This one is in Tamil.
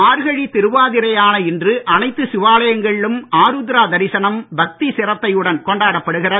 மார்கழி திருவாதிரையான இன்று அனைத்து சிவாலயங்களிலும் ஆருத்ரா தரிசனம் பக்தி சிரத்தையுடன் கொண்டாடப்படுகிறது